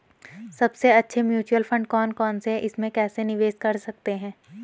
सबसे अच्छे mutual fund कौन कौनसे हैं इसमें कैसे निवेश कर सकते हैं?